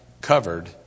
covered